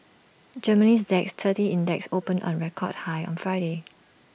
Germany's Dax thirty index opened on A record high on Friday